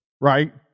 Right